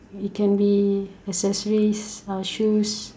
it can be accessories uh shoes